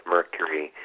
Mercury